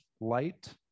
light